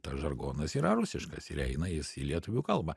tas žargonas yra rusiškas ir eina jis į lietuvių kalbą